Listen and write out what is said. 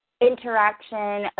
interaction